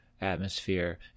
atmosphere